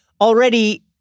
already